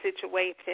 situation